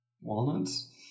Walnuts